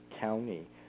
County